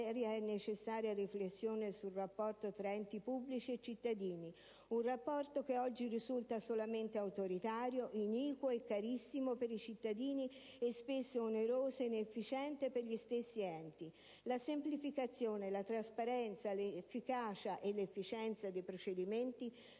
e necessaria riflessione sul rapporto tra enti pubblici e cittadini, un rapporto che oggi risulta solamente autoritario, iniquo e carissimo per i cittadini e spesso oneroso ed inefficiente per gli stessi enti. La semplificazione, la trasparenza, l'efficacia e l'efficienza dei procedimenti